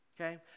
Okay